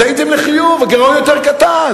טעיתם לחיוב, הגירעון יותר קטן,